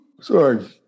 Sorry